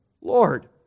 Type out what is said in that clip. Lord